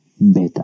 better